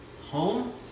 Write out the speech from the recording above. Home